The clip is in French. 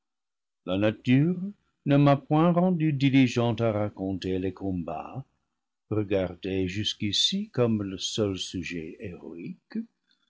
la nature ne m'a point rendu diligent à raconter les combats regardés jusqu'ici comme le seul sujet héroïque